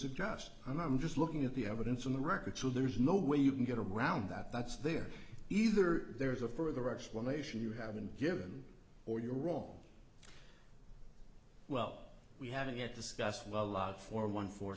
suggest and i'm just looking at the evidence in the record so there's no way you can get around that that's there either there's a further explanation you haven't given or you're wrong well we haven't yet discussed well a lot for one for